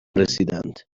رسیدند